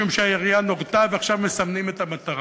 משום שהירייה נורתה ועכשיו מסמנים את המטרה.